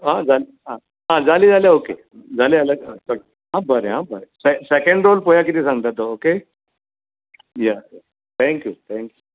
आं जालीं आं जालीं जाल्यार ओके जालीं जाल्यार कट बरें हां बाय बरें सँकेंड रॉ पळोवया कितें सांगता तो ओके या थँक्यू थँक्यू